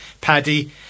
Paddy